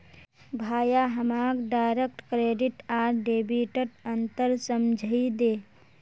भाया हमाक direct credit आर डेबिटत अंतर समझइ दे